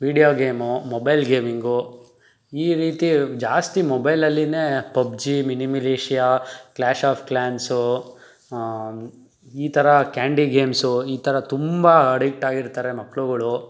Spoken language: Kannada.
ವಿಡಿಯೋ ಗೇಮು ಮೊಬೈಲ್ ಗೇಮಿಂಗು ಈ ರೀತಿ ಜಾಸ್ತಿ ಮೊಬೈಲಲ್ಲಿನೆ PUBG mini militia clash of clans ಈ ಥರ ಕ್ಯಾಂಡಿ ಗೇಮ್ಸು ಈ ಥರ ತುಂಬ ಅಡಿಕ್ಟ್ ಆಗಿರ್ತಾರೆ ಮಕ್ಳುಗಳು